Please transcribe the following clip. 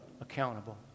accountable